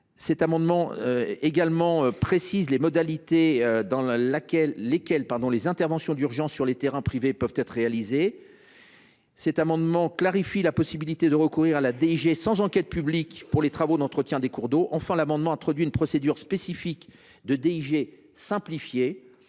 L’amendement vise également à préciser les modalités selon lesquelles les interventions d’urgence sur les terrains privés peuvent être réalisées. Il tend à clarifier la possibilité de recourir à la DIG sans enquête publique pour les travaux d’entretien des cours d’eau. Enfin, il a pour objet d’introduire une procédure spécifique de DIG simplifiée,